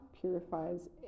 purifies